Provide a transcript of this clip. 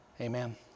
Amen